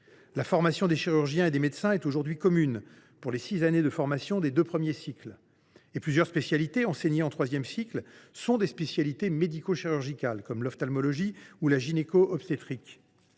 La formation des chirurgiens et des médecins est aujourd’hui commune pour les six années de formation des deux premiers cycles. En outre, plusieurs spécialités enseignées en troisième cycle sont des spécialités médico chirurgicales, comme l’ophtalmologie ou la gynécologie obstétrique.